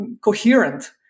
coherent